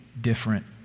different